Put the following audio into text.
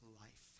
life